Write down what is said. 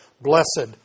Blessed